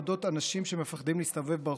אודות אנשים שמפחדים להסתובב ברחובות.